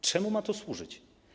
Czemu ma to służyć?